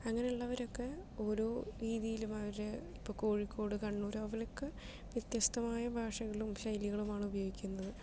അങ്ങനെയുള്ളവരൊക്കെ ഓരോ രീതിയിലും അവരെ ഇപ്പോൾ കോഴിക്കോട് കണ്ണൂര് അവിടെയൊക്കെ വ്യത്യസ്തമായ ഭാഷകളും ശൈലികളും ആണ് ഉപയോഗിക്കുന്നത്